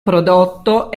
prodotto